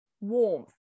warmth